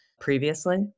previously